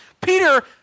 Peter